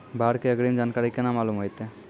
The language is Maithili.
बाढ़ के अग्रिम जानकारी केना मालूम होइतै?